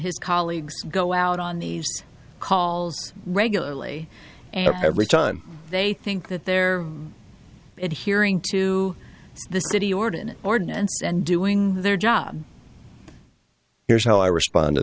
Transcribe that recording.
his colleagues go out on these calls regularly and every time they think that they're it hearing to the city ordinance ordinance and doing their job here's how i respond to